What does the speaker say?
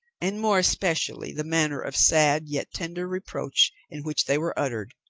and more especially the manner of sad yet tender reproach in which they were uttered,